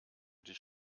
dich